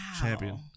Champion